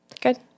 Good